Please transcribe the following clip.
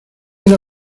una